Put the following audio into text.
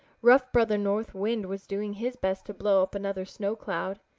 rough brother north wind was doing his best to blow up another snow-cloud.